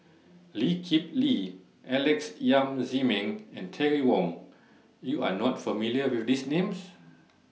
Lee Kip Lee Alex Yam Ziming and Terry Wong YOU Are not familiar with These Names